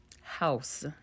House